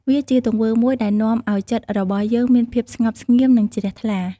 វាជាទង្វើមួយដែលនាំឱ្យចិត្តរបស់យើងមានភាពស្ងប់ស្ងៀមនិងជ្រះថ្លា។